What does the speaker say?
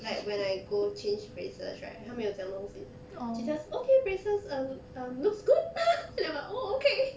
like when I go change braces right 他没有讲东西 she just okay braces um um looks good then I'm like orh okay